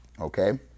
Okay